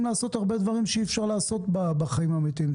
לעשות הרבה דברים שאי אפשר לעשות בחיים האמתיים.